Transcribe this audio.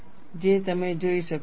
જે તમે જોઈ શકો છો